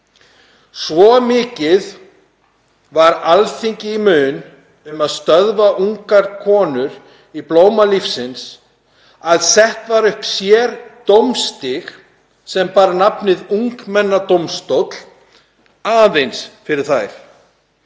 Svo mikið var Alþingi í mun að stöðva ungar konur í blóma lífsins að sett var upp sérdómstig sem bar nafnið ungmennadómstóll aðeins fyrir þær.